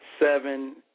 seven